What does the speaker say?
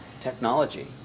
technology